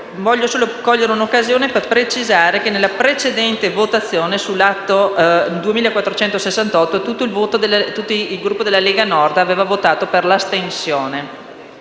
Voglio solo cogliere l'occasione per precisare che nella precedente votazione sull'Atto 2468 tutto il Gruppo della Lega Nord si è astenuto.